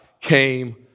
came